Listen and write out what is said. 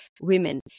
women